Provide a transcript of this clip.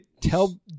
tell